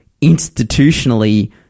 institutionally